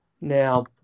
Now